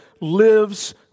lives